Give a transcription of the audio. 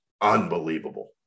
unbelievable